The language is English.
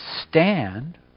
stand